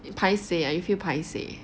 paiseh ah you feel paiseh